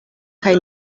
kaj